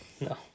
No